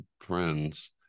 friends